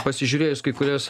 pasižiūrėjus kai kuriuos